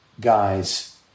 guys